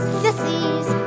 sissies